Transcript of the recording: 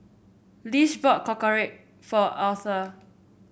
Lish bought Korokke for Aurthur